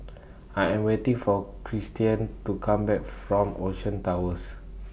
I Am waiting For Kristian to Come Back from Ocean Towers